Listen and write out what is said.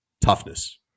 toughness